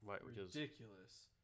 ridiculous